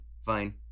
fine